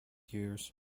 years